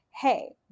Hey